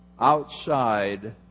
outside